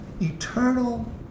eternal